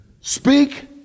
Speak